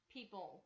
people